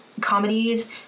comedies